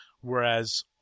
whereas